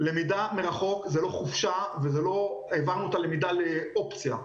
למידה מרחוק היא לא חופשה ולא העברנו את הלמידה לאופציה.